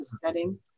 setting